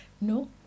no